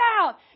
out